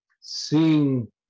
seeing